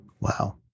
Wow